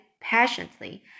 patiently